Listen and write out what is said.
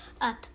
up